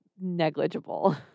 negligible